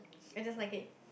I don't like it